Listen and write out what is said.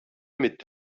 mit